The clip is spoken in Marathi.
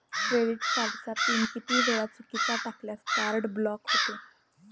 क्रेडिट कार्डचा पिन किती वेळा चुकीचा टाकल्यास कार्ड ब्लॉक होते?